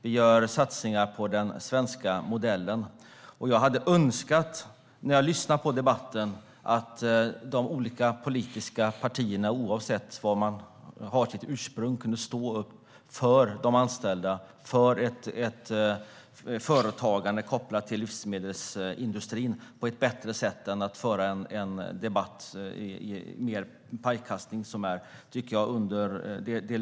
Vi gör satsningar på den svenska modellen. Jag lyssnar på debatten. Jag hade önskat att de olika politiska partierna, oavsett var de har sitt ursprung, kunde stå upp för de anställda och för ett företagande kopplat till livsmedelsindustrin på ett bättre sätt än att föra en debatt med pajkastning. Det är ett lågvattenmärke.